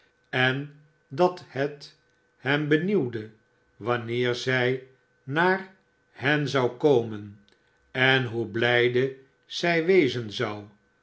en dat het hem benieuwde wanneer zij naar hen zou komen enjioe blijde zij wezen zou